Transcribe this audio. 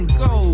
go